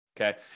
okay